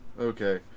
Okay